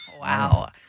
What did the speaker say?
Wow